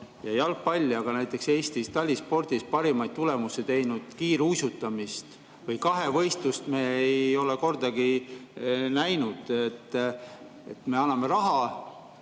ja jalgpalli, aga näiteks Eestis talispordis parimaid tulemusi teinud kiiruisutamist või kahevõistlust me ei ole kordagi näinud. Me anname raha